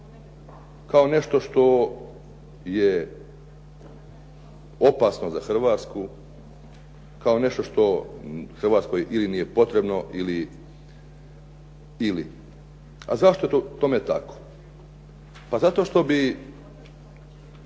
kao nešto što je opasno za Hrvatsku, kao nešto što Hrvatskoj ili nije potrebno ili. A zašto je tome tako? Pa zato što bi